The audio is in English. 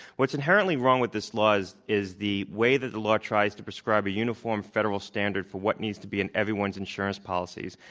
what's inherently wrong with this law is is the way that the law tries to prescribe a uniform federal standard for what needs to be in everyone's insurance policy.